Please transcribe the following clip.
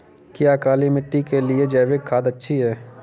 क्या काली मिट्टी के लिए जैविक खाद अच्छी है?